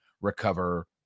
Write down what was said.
recover